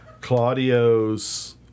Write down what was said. Claudio's